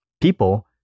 people